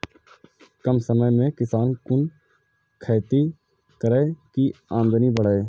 कम समय में किसान कुन खैती करै की आमदनी बढ़े?